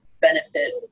benefit